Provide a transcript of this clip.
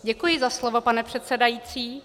Děkuji za slovo, pane předsedající.